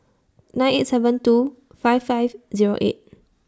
nine eight seven two five five Zero eight